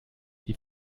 die